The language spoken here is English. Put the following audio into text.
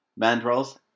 Mandrels